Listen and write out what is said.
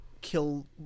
kill